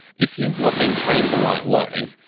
if you've not been trained the right way,